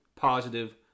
Positive